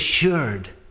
assured